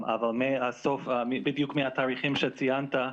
אבל ביוק מהתאריכים שציינת,